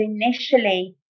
initially